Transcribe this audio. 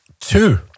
two